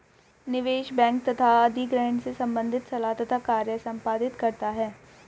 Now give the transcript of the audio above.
निवेश बैंक तथा अधिग्रहण से संबंधित सलाह तथा कार्य संपादित करता है